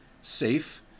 safe